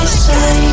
say